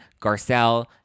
Garcelle